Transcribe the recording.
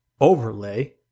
overlay